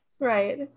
right